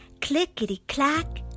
clickety-clack